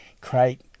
create